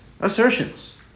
assertions